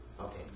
Okay